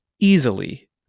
easily